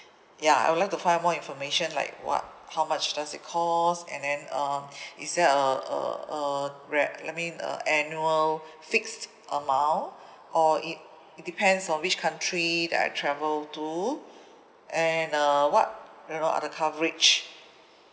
ya I would like to find out more information like what how much does it cost and then uh is there a a a gra~ I mean uh annual fixed amount or it depends on which country that I travel to and uh what you know are the coverage